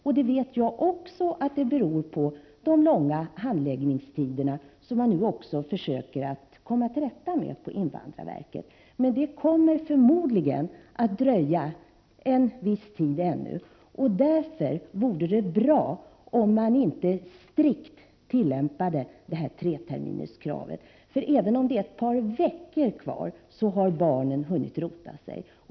Jag vet också att det beror på de långa handläggningstiderna, som man nu försöker komma till rätta med vid invandrarverket, men det kommer förmodligen att dröja en viss tid ännu, och därför vore det bra om man inte 79 strikt tillämpade treterminskravet. Även om det är ett par veckor kvar har barnen hunnit rota sig.